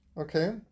Okay